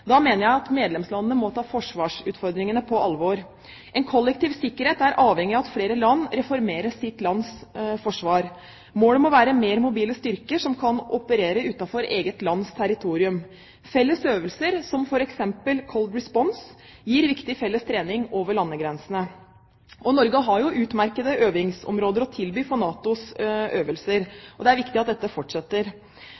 Da mener jeg at medlemslandene må ta forsvarsutfordringene på alvor. En kollektiv sikkerhet er avhengig av at flere land reformerer sine lands forsvar. Målet må være mer mobile styrker som kan operere utenfor eget lands territorium. Felles øvelser, som f.eks. Cold Response, gir viktig felles trening over landegrensene. Norge har jo utmerkede øvingsområder å tilby for NATOs øvelser,